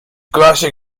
klasie